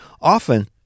often